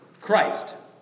Christ